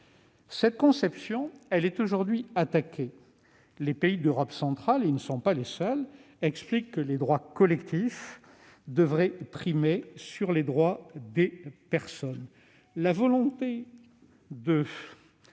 Cette conception est aujourd'hui attaquée. Les pays d'Europe centrale, et ils ne sont pas les seuls, expliquent que les droits collectifs doivent primer les droits des personnes. Or la volonté de